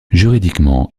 juridiquement